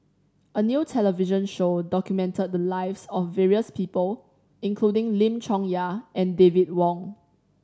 a new television show documented the lives of various people including Lim Chong Yah and David Wong